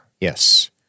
Yes